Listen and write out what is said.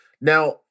Now